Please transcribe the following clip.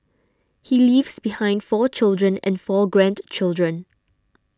he leaves behind four children and four grandchildren